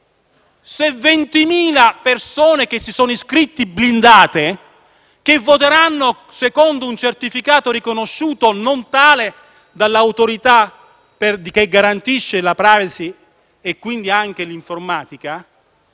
20.000 persone iscritte e "blindate" che voteranno secondo un certificato non riconosciuto tale dall'Autorità che garantisce la *privacy*, e quindi anche l'informatica.